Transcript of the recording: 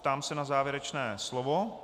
Ptám se na závěrečné slovo.